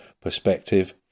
perspective